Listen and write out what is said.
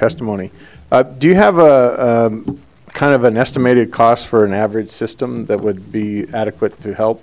testimony do you have a kind of an estimated cost for an average system that would be adequate to help